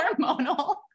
hormonal